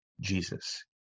Jesus